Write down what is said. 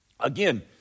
Again